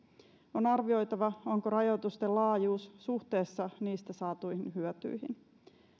on arvioitava onko rajoitusten laajuus suhteessa niistä saatuihin hyötyihin